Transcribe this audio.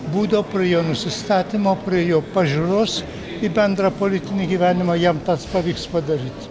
būdo prie jo nusistatymo prie jo pažiūros į bendrą politinį gyvenimą jam tas pavyks padaryt